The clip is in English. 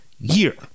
year